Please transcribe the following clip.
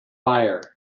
buyer